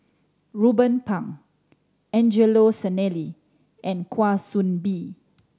Ruben Pang Angelo Sanelli and Kwa Soon Bee